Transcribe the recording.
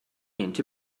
into